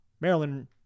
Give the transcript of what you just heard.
Maryland